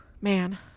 Man